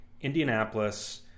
Indianapolis